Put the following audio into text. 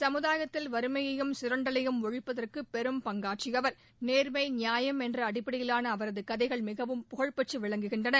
சமுதாயத்தில் வறுமையையும் சுரண்டலையும் ஒழிப்பதற்கு பெரும் பங்காற்றியவர் நேர்மை நியாயம் என்ற அடிப்படையிலாள அவரது கதைகள் மிகவும் புகழ்பெற்று விளங்குகின்றன